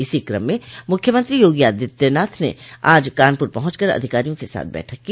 इसी क्रम में मुख्यमंत्री योगी आदित्यनाथ ने आज कानपुर पहुंच कर अधिकारियों के साथ बैठक की